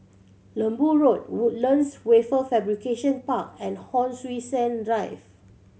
Lembu Road Woodlands Wafer Fabrication Park and Hon Sui Sen Drive